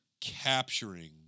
capturing